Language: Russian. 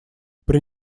при